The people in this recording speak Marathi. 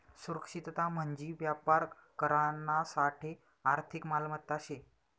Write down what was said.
सुरक्षितता म्हंजी व्यापार करानासाठे आर्थिक मालमत्ता शे